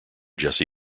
jesse